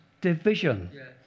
division